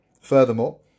Furthermore